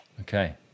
okay